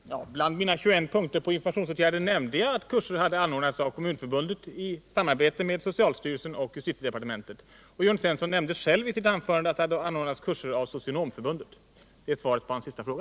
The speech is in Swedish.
Herr talman! Bland mina 21 punkter på informationsåtgärder nämnde jag att kurser hade anordnats av Kommunförbundet i samarbete med socialstyrelsen och justitiedepartementet, och Jörn Svensson nämnde själv i sitt anförande att det hade anordnats kurser av Socionomförbundet. Det är svaret på hans senaste fråga.